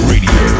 Radio